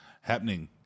happening